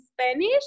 Spanish